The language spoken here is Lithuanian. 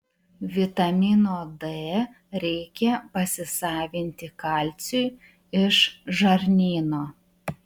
vitamino d reikia pasisavinti kalciui iš žarnyno